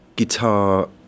guitar